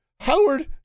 Howard